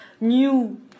new